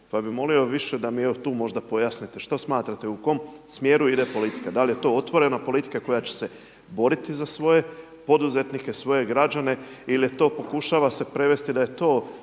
pa bi molio više da mi evo tu možda pojasnite, šta smatrate, u kom smjeru ide politika, da li je to otvorena politika koja će se boriti za svoje poduzetnike, svoje građane ili je to, pokušava se prevesti da je to